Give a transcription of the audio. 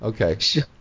Okay